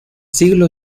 siglo